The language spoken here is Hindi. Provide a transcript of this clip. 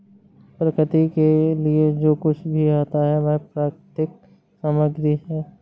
प्रकृति के लिए जो कुछ भी आता है वह प्राकृतिक सामग्री है